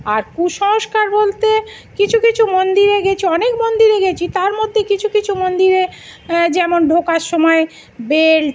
আর কুসংস্কার বলতে কিছু কিছু মন্দিরে গিয়েছি অনেক মন্দিরে গিয়েছি তার মধ্যে কিছু কিছু মন্দিরে যেমন ঢোকার সময় বেল্ট